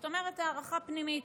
זאת אומרת הערכה פנימית.